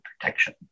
protection